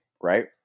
right